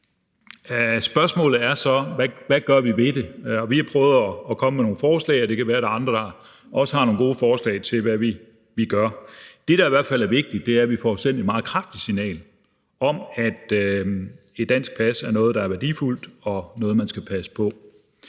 spørgsmålet så er: Hvad gør vi ved det? Vi har prøvet at komme med nogle forslag, og det kan være, der er andre, der også har nogle gode forslag til, hvad vi kan gøre. Det, der i hvert fald er vigtigt, er, at vi får sendt et meget kraftigt signal om, at et dansk pas er noget, der er værdifuldt, og noget, man skal passe på.